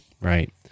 right